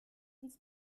uns